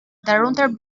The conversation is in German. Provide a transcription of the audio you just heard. darunter